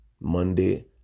Monday